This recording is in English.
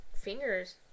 fingers